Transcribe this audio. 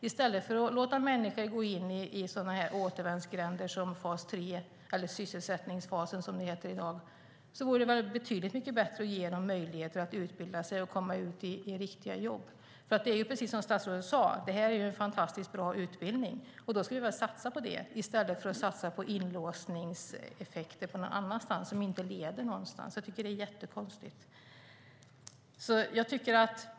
I stället för att låta människor gå in i återvändsgränder som fas 3, eller sysselsättningsfasen som det heter i dag, vore det väl betydligt bättre att ge dem möjligheter att utbilda sig och komma ut i riktiga jobb. Precis som statsrådet sade är det här en fantastiskt bra utbildning, och då ska vi väl satsa på den i stället för att satsa på inlåsningseffekter som inte leder någonstans. Jag tycker att det är jättekonstigt.